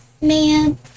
Man